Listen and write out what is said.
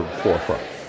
forefront